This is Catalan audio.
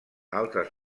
altres